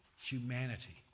humanity